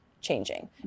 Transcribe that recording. changing